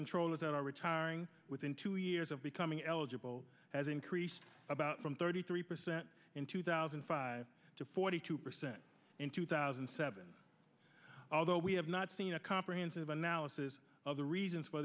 controllers that are retiring within two years of becoming eligible has increased about from thirty three percent in two thousand and five to forty two percent in two thousand and seven although we have not seen a comprehensive analysis of the reasons why